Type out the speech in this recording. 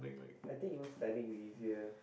I think even studying easier